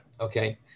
okay